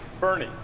Bernie